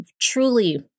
truly